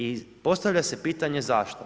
I postavlja se pitanje zašto?